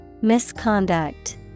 Misconduct